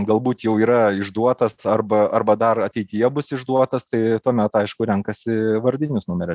galbūt jau yra išduotas arba arba dar ateityje bus išduotas tai tuomet aišku renkasi vardinius numerio